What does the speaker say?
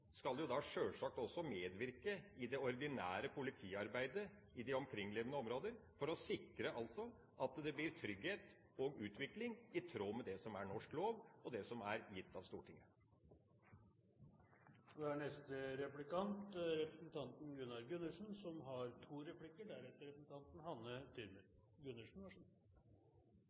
skal sjølsagt også medvirke i det ordinære politiarbeidet i de omkringliggende områder for å sikre at det blir trygghet og utvikling i tråd med det som er norsk lov, og det som er gitt av Stortinget. Representanten Lundteigen er som